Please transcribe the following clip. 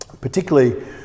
particularly